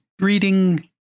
reading